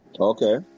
Okay